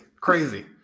Crazy